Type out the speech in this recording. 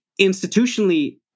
institutionally